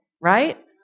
right